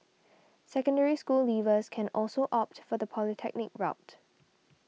Secondary School leavers can also opt for the polytechnic route